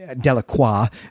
Delacroix